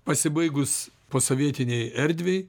pasibaigus posovietinei erdvei